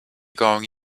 going